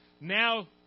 Now